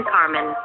Carmen